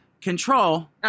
control